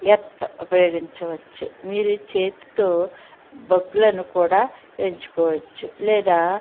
earth ఉపయోగించవచ్చు మీరు చేతితో బొగ్గులను కూడా పెంచుకోవచ్చు లేదా